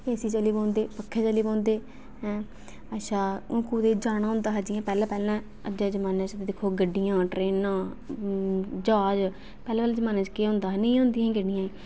ऐ सी चली पौंदा पक्खे चली पौंदे हून कुतै जाना होंदा हा जि'यां पैहलें पैहलें अज्जै दे ज़माने च दिक्खो गड्डियां ट्रेना ज्हाज पैहलें पैहले जम़ाने च केह् होंदा हा नेईं होंदियां हियां गड्डियां बी